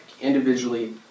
Individually